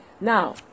Now